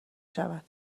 شود